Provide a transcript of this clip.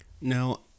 now